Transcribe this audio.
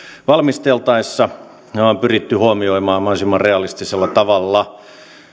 valmisteltaessa nämä on pyritty huomioimaan mahdollisimman realistisella tavalla